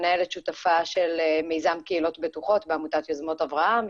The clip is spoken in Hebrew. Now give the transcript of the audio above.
מנהלת שותפה של מיזם קהילות בטוחות בעמותת יוזמות אברהם,